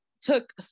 took